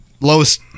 Lowest